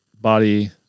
body